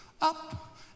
up